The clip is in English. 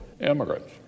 immigrants